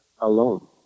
alone